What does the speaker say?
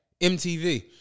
MTV